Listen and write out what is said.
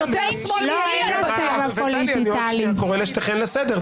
אני עוד שנייה קורא את שתיכן לסדר.